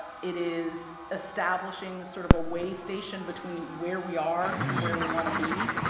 it is establishing sort of a weigh station between where we are and where we want to be.